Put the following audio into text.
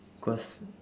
cause